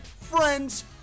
friends